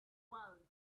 world